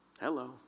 Hello